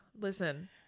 Listen